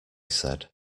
said